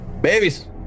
Babies